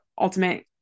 ultimate